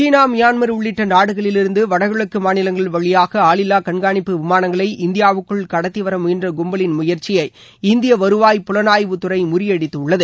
சீனா Myanmar உள்ளிட்ட நாடுகளிலிருந்து வடகிழக்கு மாநிலங்கள் வழியாக ஆளில்லா கண்காணிப்பு விமானங்களை இந்தியாவுக்குள் கடத்தி வர முயன்ற கும்பலின் முயற்சியை இந்திய வருவாய் புலனாய்வுத்துறை முறியடித்துள்ளது